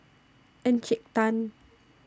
Encik Tan